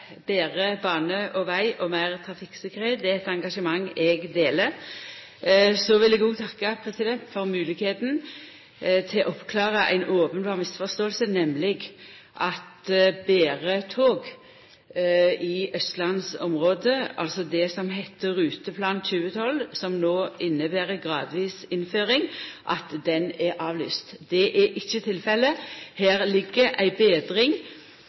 betre bane og veg og meir trafikktryggleik. Det er eit engasjement eg deler. Så vil eg òg takka for moglegheita til å oppklara ei openberr misforståing, nemleg at betre tog i austlandsområdet, altså det som heiter Ruteplan 2012, som inneber ei gradvis innføring, er avlyst. Det er ikkje tilfellet. Det ligg inne ei betring